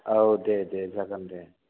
औ दे दे जागोन दे